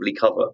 cover